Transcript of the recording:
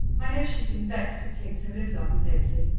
i know she's been vexed at seeing so little of you lately,